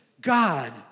God